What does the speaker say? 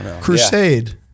Crusade